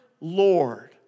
Lord